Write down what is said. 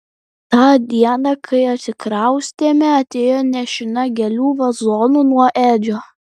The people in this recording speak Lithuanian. tą dieną kai atsikraustėme atėjo nešina gėlių vazonu nuo edžio